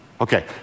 okay